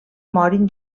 morin